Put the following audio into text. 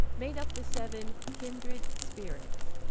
made up the seven kindred spirits,